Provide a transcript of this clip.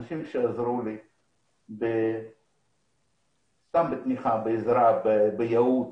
אנשים שעזרו לי סתם בתמיכה, בייעוץ,